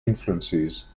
influences